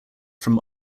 from